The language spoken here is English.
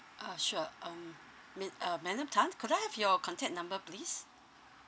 ah sure um min~ uh madam tan could I have your contact number please